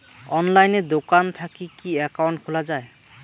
অনলাইনে দোকান থাকি কি একাউন্ট খুলা যায়?